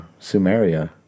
Sumeria